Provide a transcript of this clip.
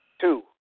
Two